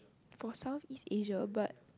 for South East Asia but